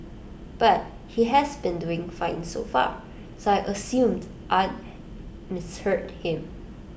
but he has been doing fine so far so I assumed I'd misheard him